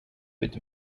with